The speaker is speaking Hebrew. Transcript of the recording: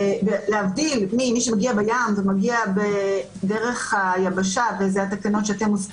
להבדיל ממי שמגיע דרך הים או דרך היבשה שהאיסור